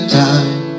time